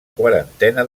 quarantena